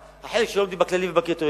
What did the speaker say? החלק שלא עומדים בכללים ובקריטריונים,